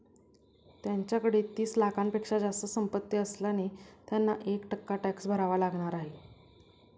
त्यांच्याकडे तीस लाखांपेक्षा जास्त संपत्ती असल्याने त्यांना एक टक्का टॅक्स भरावा लागणार आहे